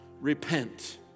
Repent